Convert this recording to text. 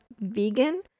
vegan